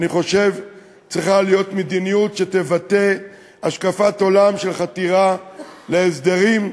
אני חושב שצריכה להיות מדיניות שתבטא השקפת עולם של חתירה להסדרים,